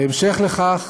בהמשך לכך,